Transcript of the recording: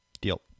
Deal